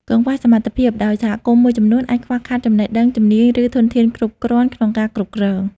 កង្វះសមត្ថភាព ដោយសហគមន៍មួយចំនួនអាចខ្វះខាតចំណេះដឹង ជំនាញ ឬធនធានគ្រប់គ្រាន់ក្នុងការគ្រប់គ្រង។